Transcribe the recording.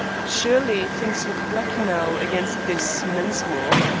surely things look black now against this mensmore?